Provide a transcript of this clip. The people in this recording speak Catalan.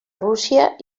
rússia